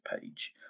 page